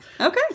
Okay